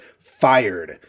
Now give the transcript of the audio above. Fired